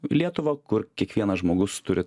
lietuvą kur kiekvienas žmogus turi